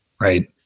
Right